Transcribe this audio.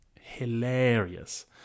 hilarious